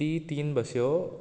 ती तीन बस्यो